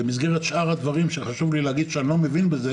במסגרת שאר הדברים שחשוב לי להגיד שאני לא מבין בהם,